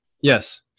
yes